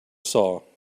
saw